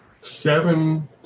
seven